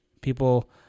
People